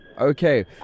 Okay